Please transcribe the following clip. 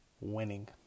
Winning